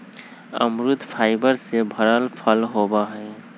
अमरुद फाइबर से भरल फल होबा हई